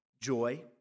Joy